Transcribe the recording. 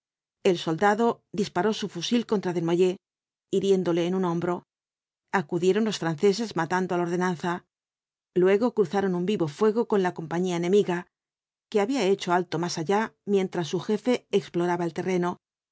el soldado disparó su fusil contra desnoyers hiriéndole en un hombro acudieron los franceses matando al ordenanza luego cruzaron un vivo fuego con la compañía enemiga que había hecho alto más allá mientras su jefe exploraba el terreno